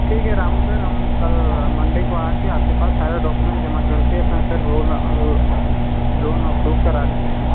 ठीक है रामु सर हम कल मंडे को आकर आपके पास सारा डॉक्यूमेंट जमा करके अपना सर वो लोन अप्रूव करा लेते हैं